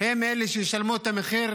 הם אלו שישלמו את המחיר